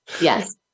Yes